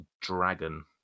dragon